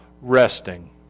Resting